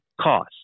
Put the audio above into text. cost